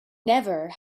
never